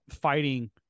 fighting